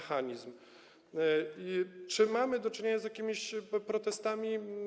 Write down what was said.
Czy mamy do czynienia z jakimiś protestami?